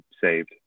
saved